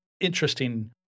interesting